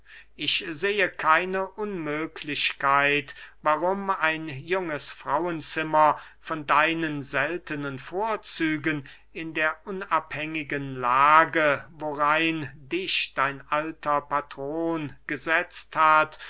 ich sehe keine unmöglichkeit warum ein junges frauenzimmer von deinen seltenen vorzügen in der unabhängigen lage worein dich dein alter patron gesetzt hat